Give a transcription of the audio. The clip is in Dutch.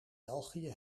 belgië